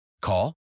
Call